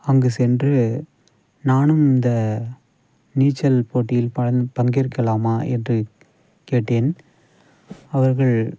அங்கு சென்று நானும் இந்த நீச்சல் போட்டியில் பலன் பங்கேற்கலாமா என்று கேட்டேன் அவர்கள்